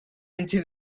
into